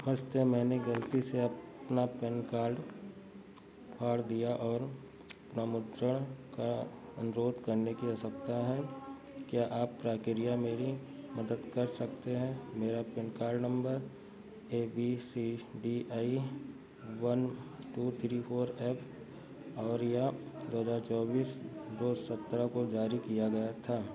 नमस्ते मैंने ग़लती से अपना पैन कार्ड फाड़ दिया और पुनर्मुद्रण का अनुरोध करने की आवश्यकता है क्या आप प्रक्रिया में मेरी मदद कर सकते हैं मेरा PAN card number A B C D I one two three four F है और यह दो हज़ार चौबीस दो सत्रह को जारी किया गया था